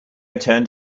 turned